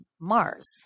Mars